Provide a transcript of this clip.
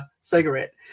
cigarette